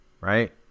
Right